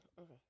okay